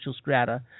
strata